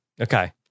Okay